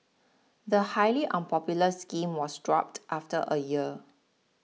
the highly unpopular scheme was dropped after a year